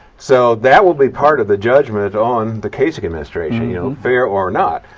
so that will be part of the judgment on the kasich administration you know fair or not.